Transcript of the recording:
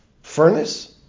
furnace